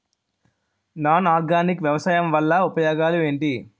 Non organic వ్యవసాయం వల్ల ఉపయోగాలు ఏంటీ?